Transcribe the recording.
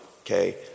okay